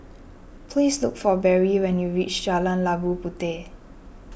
please look for Berry when you reach Jalan Labu Puteh